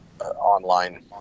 online